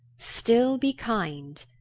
still be kind,